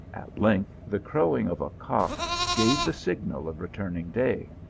at length, the crowing of a cock gave the signal of returning day.